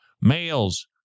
Males